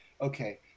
Okay